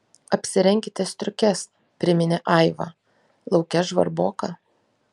apsirenkite striukes priminė aiva lauke žvarboka